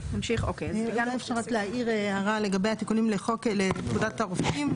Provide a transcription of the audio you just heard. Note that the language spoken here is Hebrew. רק הערה לגבי התיקונים לפקודת הרופאים.